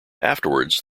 afterwards